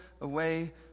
away